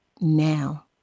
now